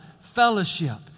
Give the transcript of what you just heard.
fellowship